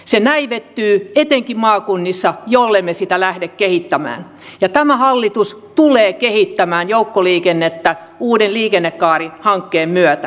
se näivettyy etenkin maakunnissa jollemme sitä lähde kehittämään ja tämä hallitus tulee kehittämään joukkoliikennettä uuden liikennekaarihankkeen myötä